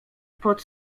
pot